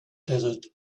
desert